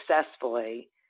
successfully